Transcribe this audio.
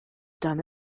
done